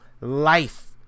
life